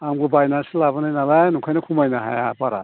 आंबो बायनानैसो लाबोनायनालाय नंखायनो खमायनो हाया बारा